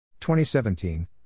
2017